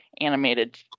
animated